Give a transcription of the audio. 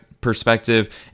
perspective